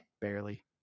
barely